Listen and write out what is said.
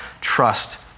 trust